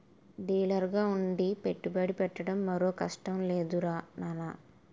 డీలర్గా ఉండి పెట్టుబడి పెట్టడం మరో కష్టం లేదురా నాన్నా